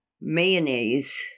mayonnaise